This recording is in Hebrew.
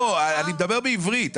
אני מדבר בעברית.